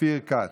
אופיר כץ.